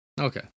okay